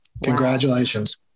Congratulations